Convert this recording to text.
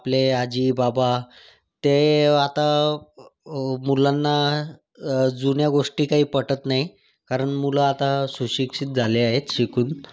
आपले आजी बाबा ते आता मुलांना जुन्या गोष्टी काही पटत नाही कारण मुलं आता सुशिक्षित झाले आहेत शिकून